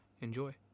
Enjoy